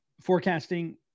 forecasting